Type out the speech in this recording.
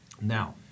Now